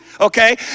Okay